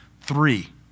three